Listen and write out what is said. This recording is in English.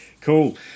Cool